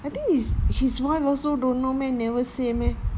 I think is his his wife also don't know meh never say meh